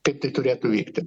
kaip tai turėtų vykti